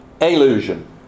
illusion